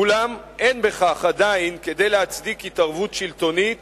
אולם אין בכך עדיין כדי להצדיק התערבות שלטונית